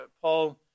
Paul